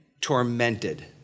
tormented